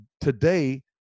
today